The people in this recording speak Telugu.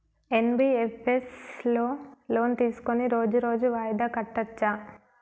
ఎన్.బి.ఎఫ్.ఎస్ లో లోన్ తీస్కొని రోజు రోజు వాయిదా కట్టచ్ఛా?